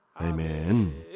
Amen